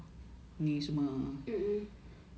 mmhmm